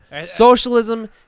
socialism